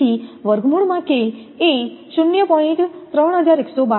તેથી √ એ 0